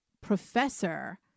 professor